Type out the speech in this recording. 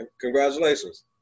Congratulations